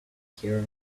hero